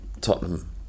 Tottenham